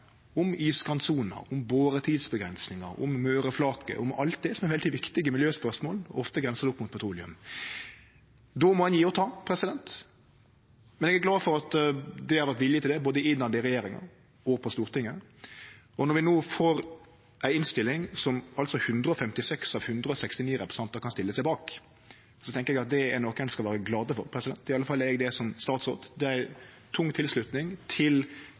om iskantsona, om boretidsavgrensinga, om Møreflaket, om alt det som er veldig viktige miljøspørsmål – og ofte grensar det opp mot petroleum. Då må ein gje og ta. Men eg er glad for at det har vore vilje til det, både i regjeringa og på Stortinget. Når vi no får ei innstilling som 156 av 169 representantar kan stille seg bak, tenkjer eg at det er noko ein skal vere glad for – det er i alle fall eg som statsråd. Det er ein tung tilslutnad til